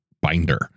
binder